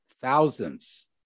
thousands